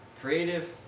creative